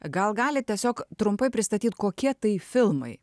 gal galit tiesiog trumpai pristatyt kokie tai filmai